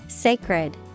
Sacred